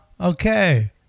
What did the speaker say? okay